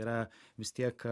yra vis tiek